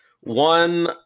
one